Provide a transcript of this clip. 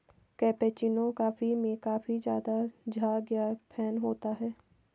cappuccino coffee में काफी ज़्यादा झाग या फेन होता है